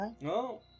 No